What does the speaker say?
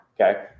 Okay